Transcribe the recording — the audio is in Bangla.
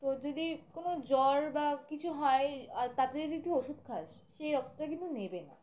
তো যদি কোনো জ্বর বা কিছু হয় আর তাতে যদি একটু ওষুধ খাস সেই রক্তটা কিন্তু নেবে না